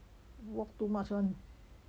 walk too much [one]